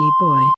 boy